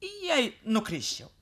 jei nukrisčiau